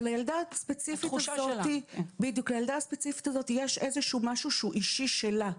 אבל לילדה הספציפית הזאת יש איזשהו משהו שהוא אישי שלה,